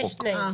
יש תנאים.